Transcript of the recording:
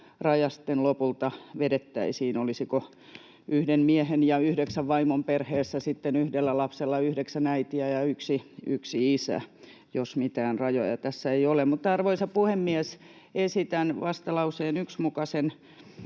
raja sitten lopulta vedettäisiin: olisiko yhden miehen ja yhdeksän vaimon perheessä yhdellä lapsella yhdeksän äitiä ja yksi isä, jos mitään rajoja tässä ei ole? Arvoisa puhemies! Esitän vastalauseen 1 mukaisen